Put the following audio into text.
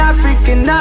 African